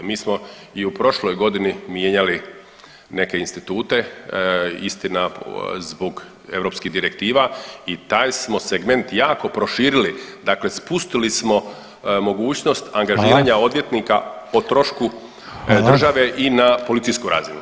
Mi smo i u prošloj godini mijenjali neke institute, istina zbog europskih direktiva i taj smo segment jako proširili, dakle spustili smo mogućnost angažiranja odvjetnika o trošku države i na policijsku razinu.